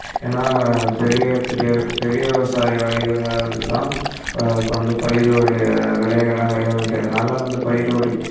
ஏன்னால் பெரிய பெரிய பெரிய விவசாய வணிகர்கள் தான் கொண்டு பயிரோடய விலையெல்லாம் நிர்ணயிக்கிறதுனால் வந்து பயிரோடைய